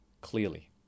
clearly